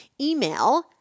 email